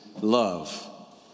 love